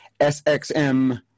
SXM